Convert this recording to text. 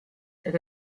est